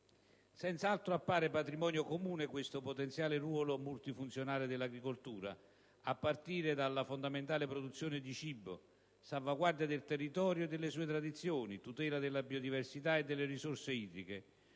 senz'altro patrimonio comune questo potenziale ruolo multifunzionale dell'agricoltura, a partire dalla fondamentale produzione di cibo: salvaguardia del territorio e delle sue tradizioni, tutela della biodiversità e delle risorse idriche.